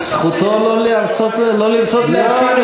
זכותו לא לרצות לאשר לך.